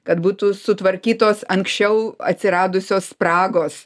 kad būtų sutvarkytos anksčiau atsiradusios spragos